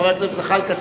חבר הכנסת זחאלקה,